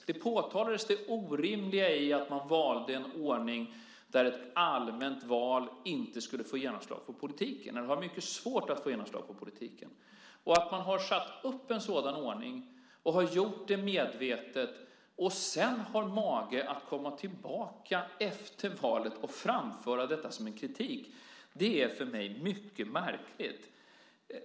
Där påtalades det orimliga i att man valde en ordning där ett allmänt val inte skulle få genomslag på politiken eller skulle ha mycket svårt att få genomslag på politiken. Att man har satt upp en sådan ordning och gjort det medvetet och sedan har mage att komma tillbaka efter valet och framföra detta som en kritik är för mig mycket märkligt.